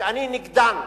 שאני נגדן,